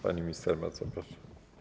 Pani minister, bardzo proszę.